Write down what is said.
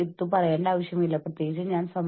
ഇത് എന്റെ രക്തസമ്മർദ്ദം വർദ്ധിപ്പിച്ചേക്കാം